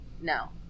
No